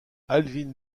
alvin